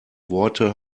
worte